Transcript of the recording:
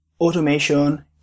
automation